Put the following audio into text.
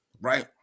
right